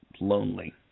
lonely